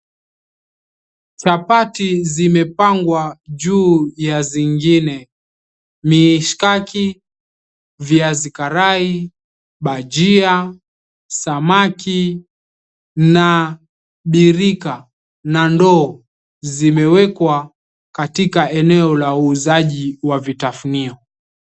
Chapati zimepangwa juu ya zingine. Mishikaki, viazi karai, bajia, samaki na birika na ndoo, zimewekwa katika eneo la uuzaji wa vitafunio.